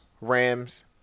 rams